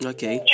Okay